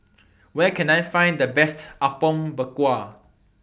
Where Can I Find The Best Apom Berkuah